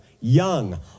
Young